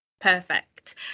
perfect